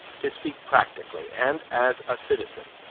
to speak practically and as a citizen,